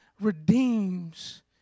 redeems